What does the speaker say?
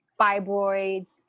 fibroids